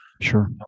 Sure